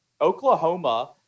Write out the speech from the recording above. Oklahoma